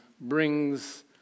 brings